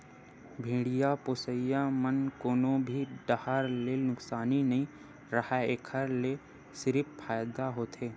भेड़िया पोसई म कोनो भी डाहर ले नुकसानी नइ राहय एखर ले सिरिफ फायदा होथे